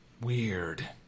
Weird